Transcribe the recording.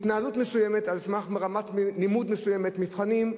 התנהלות מסוימת, על סמך רמת לימוד מסוימת, נבחנים.